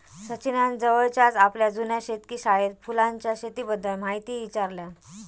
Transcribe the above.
सचिनान जवळच्याच आपल्या जुन्या शेतकी शाळेत फुलांच्या शेतीबद्दल म्हायती ईचारल्यान